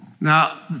Now